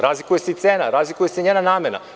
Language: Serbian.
Razlikuje se i cena, razlikuje se i njena namena.